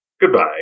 Goodbye